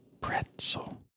pretzel